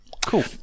Cool